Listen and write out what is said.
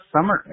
summer